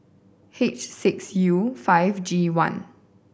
H six U five G one